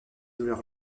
douleur